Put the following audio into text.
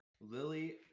Lily